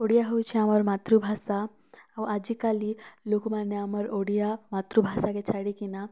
ଓଡ଼ିଆ ହେଉଁଛେ ଆମର୍ ମାତୃଭାଷା ଆଉ ଆଜିକାଲି ଲୋକ୍ ମାନେ ଆମର୍ ଓଡ଼ିଆ ମାତୃଭାଷା କେ ଛାଡ଼ିକି ନା